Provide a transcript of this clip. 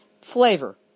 flavor